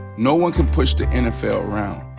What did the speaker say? no one can push the nfl around.